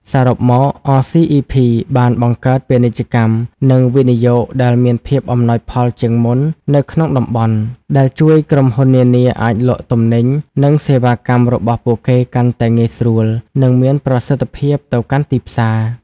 សរុបមក អ សុី អុី ភី (RCEP)បានបង្កើត ពាណិជ្ជកម្ម និងវិនិយោគដែលមានភាពអំណោយផលជាងមុននៅក្នុងតំបន់ ដែលជួយក្រុមហ៊ុននានាអាចលក់ទំនិញ និងសេវាកម្មរបស់ពួកគេកាន់តែងាយស្រួល និងមានប្រសិទ្ធភាពទៅកាន់ទីផ្សារ។